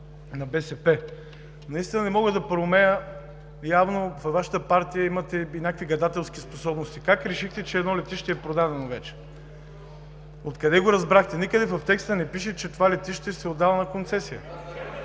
наистина не мога да проумея, явно във Вашата партия имате някакви гадателски способности, как решихте, че едно летище е продадено вече? Откъде го разбрахте? Никъде в текста не пише, че това летище се отдава на концесия.